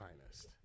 finest